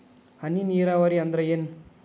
ಹನಿ ನೇರಾವರಿ ಅಂದ್ರ ಏನ್?